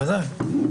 בוודאי.